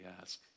ask